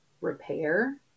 repair